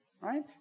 right